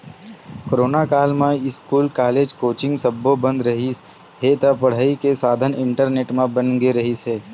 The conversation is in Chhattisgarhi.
कोरोना काल म इस्कूल, कॉलेज, कोचिंग सब्बो बंद रिहिस हे त पड़ई के साधन इंटरनेट ह बन गे रिहिस हे